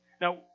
Now